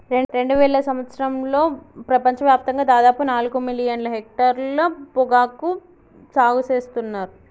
రెండువేల సంవత్సరంలో ప్రపంచ వ్యాప్తంగా దాదాపు నాలుగు మిలియన్ల హెక్టర్ల పొగాకు సాగు సేత్తున్నర్